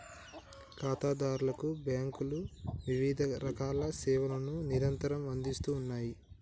ఖాతాదారులకు బ్యాంకులు వివిధరకాల సేవలను నిరంతరం అందిస్తూ ఉన్నాయి